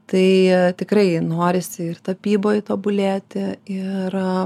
tai tikrai norisi ir tapyboj tobulėti ir